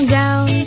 down